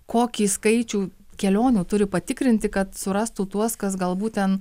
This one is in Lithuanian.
kokį skaičių kelionių turi patikrinti kad surastų tuos kas galbūt ten